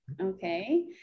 okay